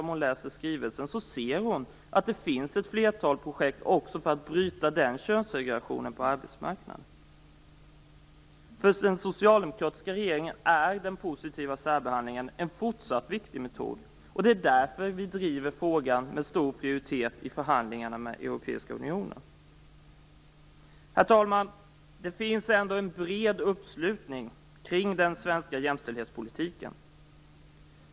Om hon läser skrivelsen ser hon att det finns ett flertal projekt också för att bryta den könssegregationen på arbetsmarknaden. För den socialdemokratiska regeringen är den positiva särbehandlingen en fortsatt viktig metod, och det är därför som vi driver frågan med stor prioritet i förhandlingarna med Europeiska unionen. Herr talman! Det finns ändå en bred uppslutning kring den svenska jämställdhetspolitiken.